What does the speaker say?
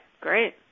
great